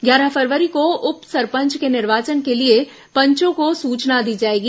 ग्यारह फरवरी को उप सरपंच के निर्वाचन के लिए पंचों को सूचना दी जाएगी